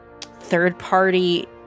third-party